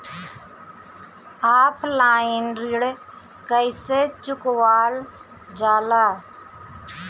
Offline ऋण कइसे चुकवाल जाला?